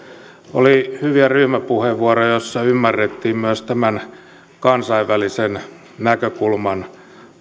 oli hyviä ryhmäpuheenvuoroja joissa ymmärrettiin myös tämän kansainvälisen näkökulman